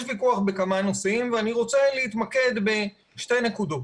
יש ויכוח בכמה נושאים ואני רוצה להתמקד בשתי נקודות.